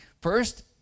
first